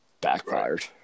backfired